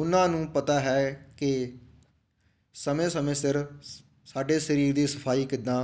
ਉਨ੍ਹਾਂ ਨੂੰ ਪਤਾ ਹੈ ਕਿ ਸਮੇਂ ਸਮੇਂ ਸਿਰ ਸਾਡੇ ਸਰੀਰ ਦੀ ਸਫਾਈ ਕਿੱਦਾਂ